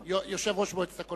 יושב-ראש מועצת הקולנוע?